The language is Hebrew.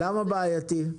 למה בעייתי?